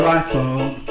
iPhone